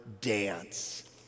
dance